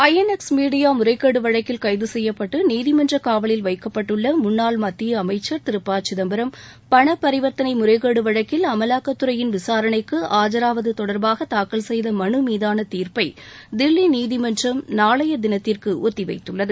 ஐ N X Media முறைகேடு வழக்கில் கைது செய்யப்பட்டு நீதிமன்ற காவலில் வைக்கப்பட்டுள்ள முன்னாள் மத்திய அமைச்சர் திரு ப சிதம்பரம் பண பரிவர்த்தளை முறைகேடு வழக்கில் அமலாக்கத்துறையின் விசாரணைக்கு ஆஜராவது தொடர்பாக தாக்கல் செய்த மனு மீதான தீர்ப்பை தில்லி நீதிமன்றம் நளைய தினத்திற்கு ஒத்திவைத்துள்ளது